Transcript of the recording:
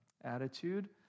attitude